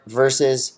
versus